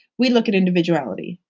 we look at individuality.